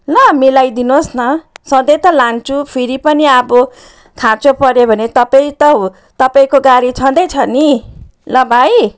ल मिलाइदिनु होस् न सधैँ त लान्छु फेरि पनि अब खाँचो पऱ्यो भने तपाईँ त हो तपाईँको गाडी छँदैछ नि ल भाइ